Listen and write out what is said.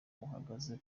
buhagaze